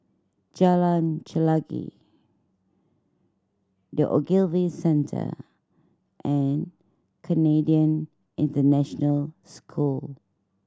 Jalan Chelagi The Ogilvy Centre and Canadian International School